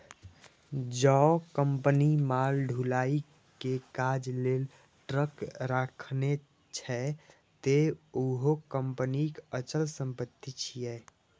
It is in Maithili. जौं कंपनी माल ढुलाइ के काज लेल ट्रक राखने छै, ते उहो कंपनीक अचल संपत्ति छियै